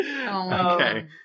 Okay